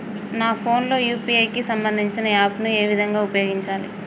నా ఫోన్ లో యూ.పీ.ఐ కి సంబందించిన యాప్ ను ఏ విధంగా ఉపయోగించాలి?